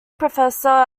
professor